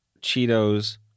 Cheetos